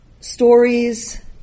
stories